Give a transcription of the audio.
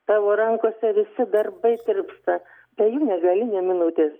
tavo rankose visi darbai tirpsta be jų negali nė minutės